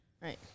Right